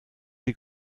die